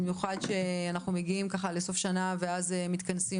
במיוחד כשאנחנו מגיעים לסוף שנה ואז מתכנסים